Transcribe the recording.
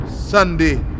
Sunday